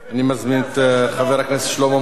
אני מזמין את חבר הכנסת שלמה מולה.